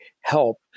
help